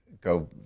go